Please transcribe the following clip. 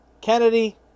Kennedy